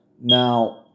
Now